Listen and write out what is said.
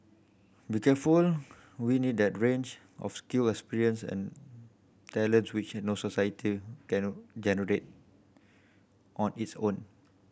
be careful we'll need that range of skill and experience and talents which no society generate on its own